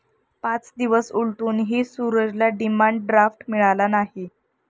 पाच दिवस उलटूनही सूरजला डिमांड ड्राफ्ट मिळाला नाही